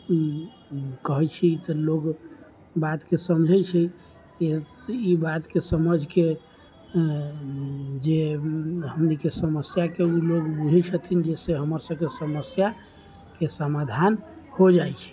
कहै छी तऽ लोग बातके समझै छै ई बातके समझके जे हमनीके समस्याके लोग बुझै छथिन जे से हमर सबके समस्याके समाधान हो जाइ छै